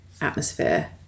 atmosphere